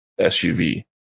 SUV